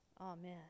Amen